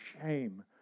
shame